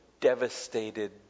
devastated